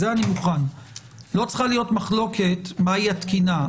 לא צריכה להיות מחלוקת מהי התקינה.